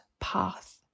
path